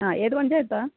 ആ ഏത് പഞ്ചായത്താണോ